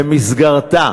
שבמסגרתו